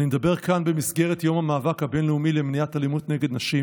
אני מדבר כאן במסגרת יום המאבק הבין-לאומי למניעת אלימות נגד נשים.